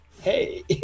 Hey